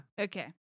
Okay